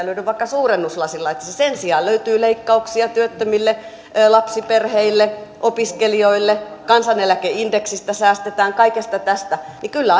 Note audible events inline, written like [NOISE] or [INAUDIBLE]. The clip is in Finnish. [UNINTELLIGIBLE] löydy vaikka suurennuslasilla etsisi sen sijaan löytyy leikkauksia työttömille lapsiperheille opiskelijoille kansaneläkeindeksistä säästetään kaikesta tästä kyllä [UNINTELLIGIBLE]